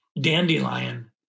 dandelion